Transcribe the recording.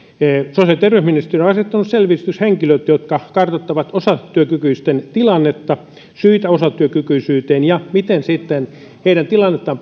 terveysministeriö on asettanut selvityshenkilöt jotka kartoittavat osatyökykyisten tilannetta syitä osatyökykyisyyteen ja sitä miten heidän tilannettaan